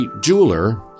jeweler